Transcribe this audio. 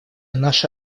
наша